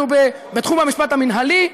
אנחנו בתחום המשפט המינהלי,